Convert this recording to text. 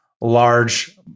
large